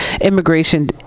immigration